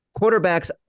quarterbacks